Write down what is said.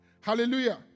Hallelujah